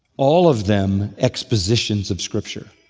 all of them expositions of scripture.